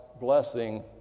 blessing